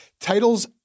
titles